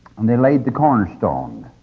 and they laid the cornerstone,